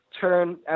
turn